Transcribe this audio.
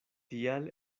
tial